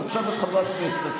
אז עכשיו את חברת כנסת,